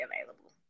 available